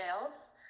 sales